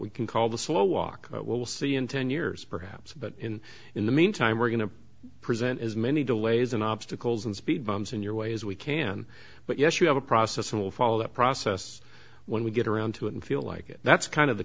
we can call the slow walk we'll see in ten years perhaps but in in the meantime we're going to present as many delays and obstacles and speed bumps in your way as we can but yes you have a process and we'll follow that process when we get around to it and feel like that's kind of